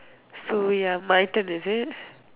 so ya my turn is it